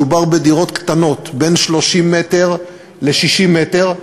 מדובר בדירות קטנות, בין 30 מ"ר ל-60 מ"ר.